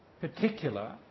particular